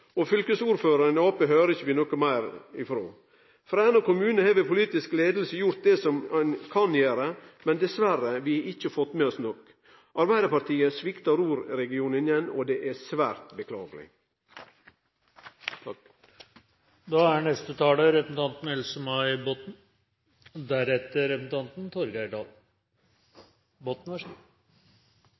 og fylkesordføraren i Arbeidarpartiet har vi ikkje høyrt noko meir frå. I Fræna kommune har politisk leiing gjort det dei kan gjere, men dessverre: Vi har ikkje fått med oss nok. Arbeidarpartiet sviktar Romsdalsregionen igjen, og det er svært beklageleg. Dette er